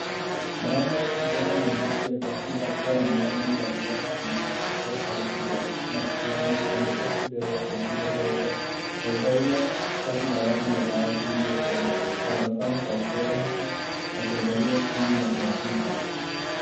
Mwanaume kijana mwenye asili ya kiafrika akiwa na miwani duara na vipokea sauti vya masikioni ameketi mbele ya kompyuta ndogo. Amevalia shati la rangi ya dhahabu iliyokolea akitabasamu kwa upole huku akiangalia skrini ya kompyuta.